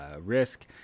risk